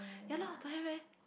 ya lah don't have leh